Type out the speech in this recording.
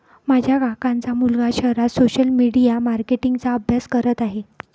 माझ्या काकांचा मुलगा शहरात सोशल मीडिया मार्केटिंग चा अभ्यास करत आहे